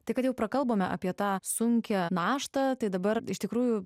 tai kad jau prakalbome apie tą sunkią naštą tai dabar iš tikrųjų